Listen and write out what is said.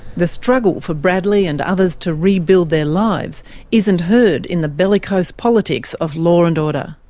the struggle for bradley and others to rebuild their lives isn't heard in the bellicose politics of law and order.